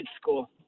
school